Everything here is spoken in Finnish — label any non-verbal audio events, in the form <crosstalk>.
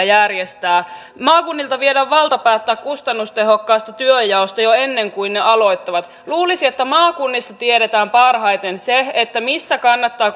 <unintelligible> järjestää maakunnilta viedään valta päättää kustannustehokkaasta työnjaosta jo ennen kuin ne aloittavat luulisi että maakunnissa tiedetään parhaiten se missä kannattaa <unintelligible>